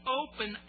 open